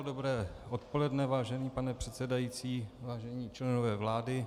Dobré odpoledne, vážený pane předsedající, vážení členové vlády.